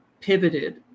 pivoted